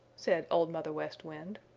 said old mother west wind.